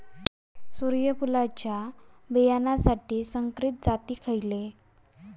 सूर्यफुलाच्या बियानासाठी संकरित जाती खयले?